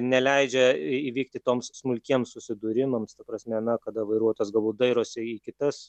neleidžia įvykti toms smulkiems susidūrimams ta prasme na kada vairuotas galbūt dairosi į kitas